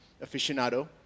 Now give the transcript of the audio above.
aficionado